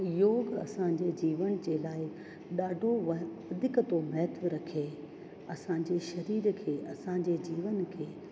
योग असांजे जीवन जे लाइ ॾाढो वधीक थो महत्व रखे असांजे शरीर खे असांजे जीवन खे